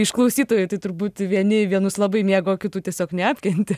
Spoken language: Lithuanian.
iš klausytojų tai turbūt vieni vienus labai mėgo o kitų tiesiog neapkentė